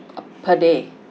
per day